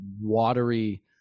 watery